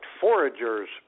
foragers